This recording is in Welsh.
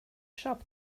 siop